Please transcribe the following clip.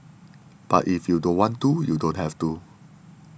but if you don't want to you don't have to